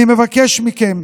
אני מבקש מכם